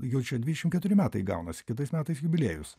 jau čia dvidešimt keturi metai gaunasi kitais metais jubiliejus